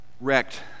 wrecked